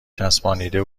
چسبانیده